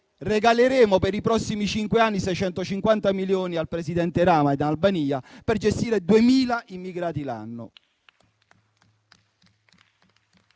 regaleremo per i prossimi cinque anni 650 milioni al presidente Rama in Albania per gestire 2.000 immigrati l'anno.